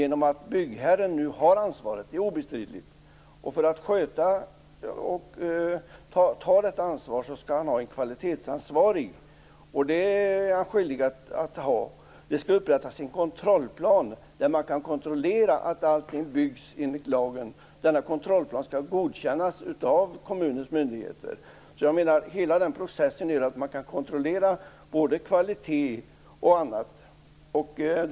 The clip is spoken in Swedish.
Byggherren har nu ansvaret. Det är obestridligt. Och för att han skall kunna ta detta ansvar skall han ha en kvalitetsansvarig. Det är han skyldig att ha. Det skall upprättas en kontrollplan där man kan kontrollera att allting byggs enligt lagen. Denna kontrollplan skall godkännas av kommunens myndigheter. Hela den processen gör att man kan kontrollera både kvalitet och annat.